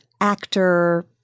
actor